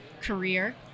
career